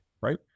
right